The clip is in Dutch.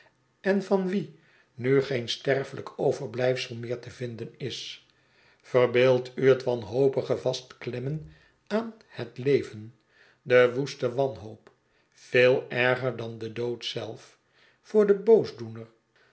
en van wienu geen sterfelijk overblijfsel meer te vinden is ver beeldt u het wanhopige vastklemmen aan het leven de woeste waiihoop veel erger dan de dood zelf voor den boosdoener